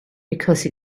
because